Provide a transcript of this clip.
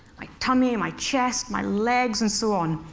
my tummy, my chest, my legs and so on.